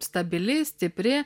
stabili stipri